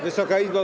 Wysoka Izbo!